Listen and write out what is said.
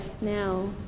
now